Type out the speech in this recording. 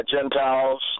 Gentiles